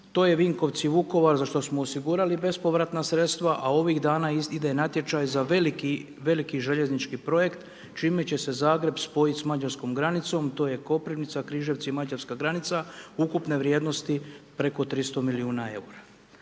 to je Vinkovci – Vukovar, za što smo osigurali bespovratna sredstva, a ovih dana ide natječaj za veliki željeznički projekt, čime će se Zagreb spojiti sa Mađarskom granicom, to je Koprivnica – Križevci – Mađarska granica, ukupne vrijednosti preko 300 milijuna EUR-a.